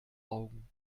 augen